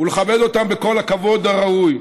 ולכבד אותם בכל הכבוד הראוי,